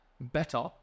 better